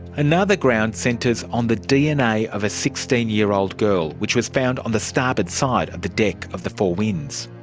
another ground centres on the dna of a sixteen year old girl which was found on the starboard side of the deck of four winds.